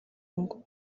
ngo